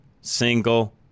single